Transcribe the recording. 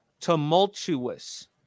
tumultuous